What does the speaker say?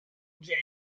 jane